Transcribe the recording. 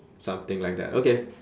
something like that okay